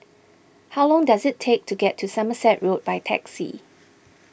how long does it take to get to Somerset Road by taxi